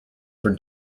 for